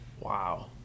Wow